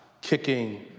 kicking